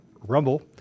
Rumble